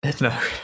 No